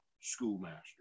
schoolmaster